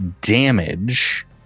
damage